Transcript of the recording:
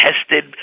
tested